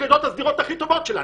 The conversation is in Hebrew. ביחידות הכי טובות שלנו.